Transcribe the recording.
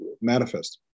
manifest